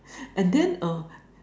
and then